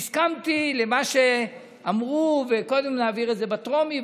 והסכמתי למה שאמרו: קודם להעביר את זה בטרומי,